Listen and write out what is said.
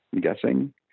guessing